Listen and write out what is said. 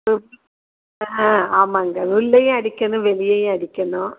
ஆ ஆ ஆமாங்க உள்ளேயும் அடிக்கணும் வெளியையும் அடிக்கணும்